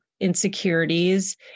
insecurities